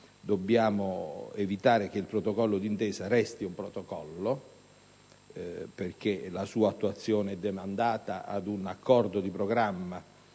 Dobbiamo evitare che il protocollo d'intesa resti tale, perché la sua attuazione è demandata ad un accordo di programma